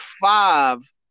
five